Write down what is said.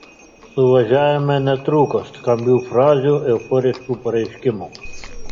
suvažiavime netrūko skambių frazių euforiškų pareiškimų